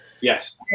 Yes